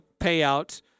payout